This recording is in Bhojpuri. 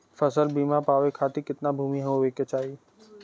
फ़सल बीमा पावे खाती कितना भूमि होवे के चाही?